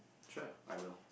sure I will